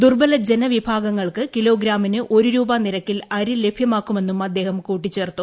ദുർബല ജനവിഭാഗങ്ങൾക്ക് കിലോഗ്രാമിന് ഒരു രൂപ നിരക്കിൽ അരി ലഭ്യമാക്കുമെന്നും അദ്ദേഹം കൂട്ടിച്ചേർത്തു